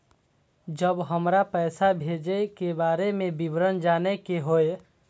जब हमरा पैसा भेजय के बारे में विवरण जानय के होय?